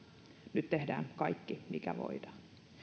nyt tehdään kaikki mikä voidaan